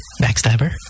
backstabber